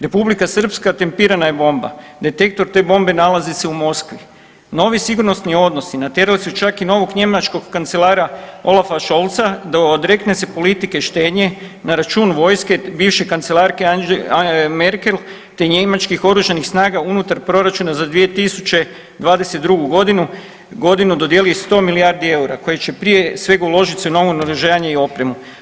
Republika Srpska tempirana je bomba, detektor te bombe nalazi se u Moskvi, novi sigurnosni odnosi naterali su čak i novog njemačkog kancelara Olafa Scholza da odrekne se politike štednje na račun vojske bivše kancelarke Merkel te njemačkih oružanih snaga unutar proračuna za 2022.g. dodijeli 100 milijardi eura koje prije svega uložit se u novo naoružanje i opremu.